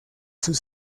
sus